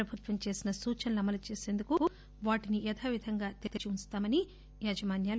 ప్రభుత్వం చేసిన సూచనలు అమలు చేసేందుకు వాటిని యథావిధంగా తెరిచి ఉంచుతామని వారు తెలియచేశారు